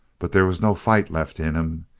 but there was no fight left in him.